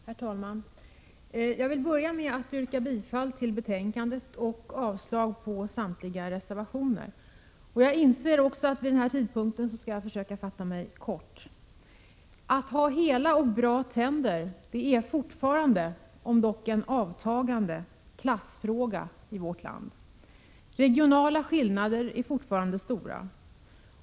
Herr talman! Jag vill börja med att yrka bifall till hemställan i betänkandet och avslag på samtliga reservationer. Jag inser också att jag vid denna tidpunkt skall försöka fatta mig kort. Att ha hela och bra tänder är fortfarande en klassfråga i vårt land — om ock en avtagande sådan. De regionala skillnaderna är fortfarande stora.